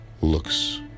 looks